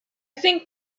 think